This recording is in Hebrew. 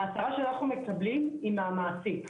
ההצהרה שאנחנו מקבלים היא מהמעסיק.